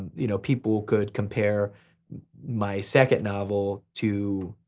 you know people could compare my second novel to